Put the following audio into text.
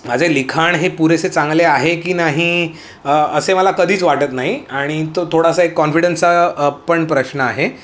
माझे लिखाण हे पुरेसे चांगले आहे की नाही असे मला कधीच वाटत नाही आणि तो थोडासा एक कॉन्फिडन्सचा पण प्रश्न आहे